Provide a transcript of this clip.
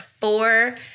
four